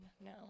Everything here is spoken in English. No